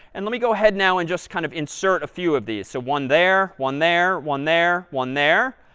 and let me go ahead now and just kind of insert a few of these. so one there, one there, one there, one there.